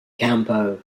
campo